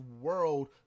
world